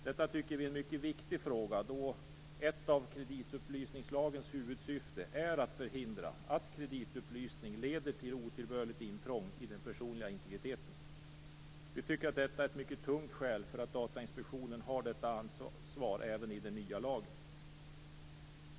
Detta tycker vi är en mycket viktig fråga, då ett av kreditupplysningslagens huvudsyften är att förhindra att kreditupplysning leder till otillbörligt intrång i den personliga integriteten. Vi tycker att detta är ett mycket tungt skäl till att Datainspektionen har detta ansvar även i den nya lagen.